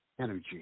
energy